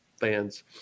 fans